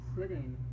sitting